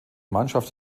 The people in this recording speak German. mannschaft